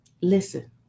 Listen